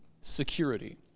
security